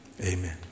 amen